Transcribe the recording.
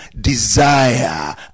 desire